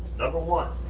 number one